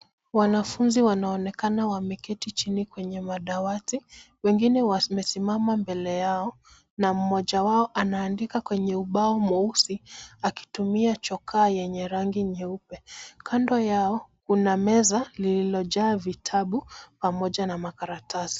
Wanafunzi wanaonekana wameketi chini kwenye madawati. Wengine wamesimama mbele yao, na mmoja wao anaandika kwenye ubao mweusi, akitumia chokaa yenye rangi nyeupe. Kando yao kuna meza lililojaa vitabu, pamoja na makaratasi.